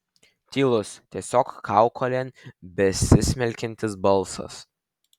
tylus tiesiog kaukolėn besismelkiantis balsas